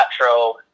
metro